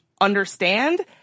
understand